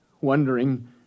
wondering